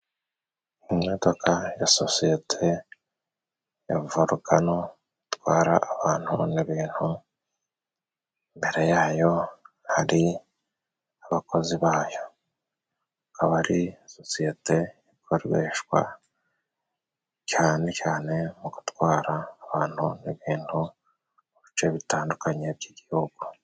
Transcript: Imodoka ya sosiyete ya Volukano itwara abantu n’ibintu. Imbere yayo, hari abakozi bayo. Aba ari sosiyete ikoreshwa cyane cyane mu gutwara abantu n’ibintu mu bice bitandukanye by’igihugu.